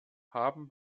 haben